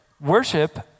worship